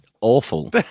Awful